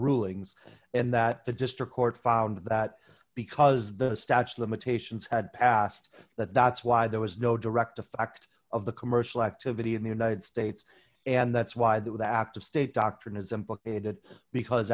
rulings and that the district court found that because the statute of limitations had passed that that's why there was no direct effect of the commercial activity in the united states and that's why the act of state doctrine is implicated because